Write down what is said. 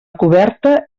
coberta